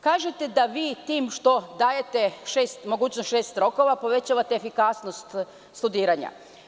Kažete da vi tim što dajete mogućnost šest rokova, povećavate efikasnost studiranja.